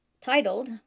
titled